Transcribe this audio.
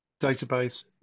database